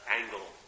angle